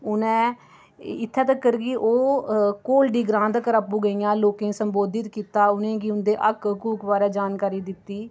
उ'नें इत्थै तक्कर कि ओह् घोलडी ग्रांऽ तक्कर आपूं गेइयां लोकें ई संबोधित कीता उ'नें गी उं'दे हक्क हकूक बारै जानकारी दित्ती